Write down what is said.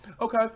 okay